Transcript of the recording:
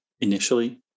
Initially